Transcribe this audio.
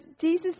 Jesus